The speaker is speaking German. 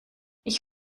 ich